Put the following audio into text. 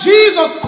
Jesus